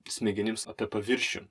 smegenims apie paviršių